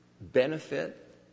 benefit